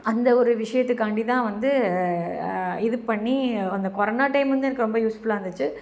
அந்த ஒரு விஷயத்துக்காண்டிதான் வந்து இது பண்ணி அந்த கொரோனா டைம் வந்து எனக்கு ரொம்ப யூஸ்ஃபுல்லாக இருந்துச்சு